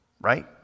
Right